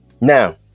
Now